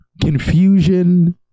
confusion